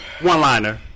One-liner